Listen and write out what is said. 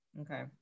Okay